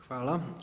Hvala.